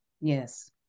Yes